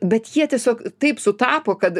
bet jie tiesiog taip sutapo kad